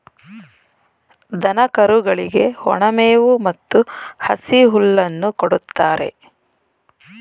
ದನ ಕರುಗಳಿಗೆ ಒಣ ಮೇವು ಮತ್ತು ಹಸಿ ಹುಲ್ಲನ್ನು ಕೊಡುತ್ತಾರೆ